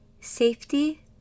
safety